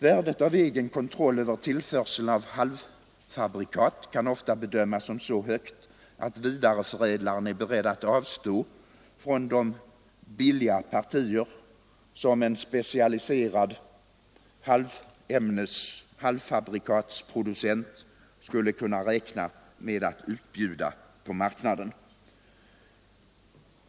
Värdet av egen kontroll över tillförseln av halvfabrikat kan ofta bedömas som så högt, att vidareförädlaren är beredd att avstå från de billiga partier, som en specialiserad halvfabrikatsproducent kan tänkas offerera.